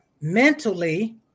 mentally